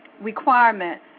requirement